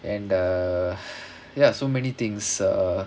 and err ya so many things err